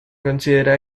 considera